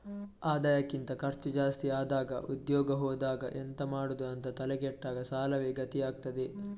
ಆದಾಯಕ್ಕಿಂತ ಖರ್ಚು ಜಾಸ್ತಿ ಆದಾಗ ಉದ್ಯೋಗ ಹೋದಾಗ ಎಂತ ಮಾಡುದು ಅಂತ ತಲೆ ಕೆಟ್ಟಾಗ ಸಾಲವೇ ಗತಿ ಆಗ್ತದೆ